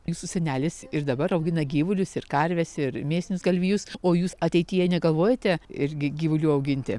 jūsų senelis ir dabar augina gyvulius ir karves ir mėsinius galvijus o jūs ateityje negalvojate irgi gyvulių auginti